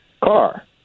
car